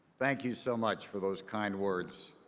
thank you so much for those kind words.